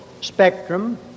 spectrum